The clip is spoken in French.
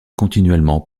continuellement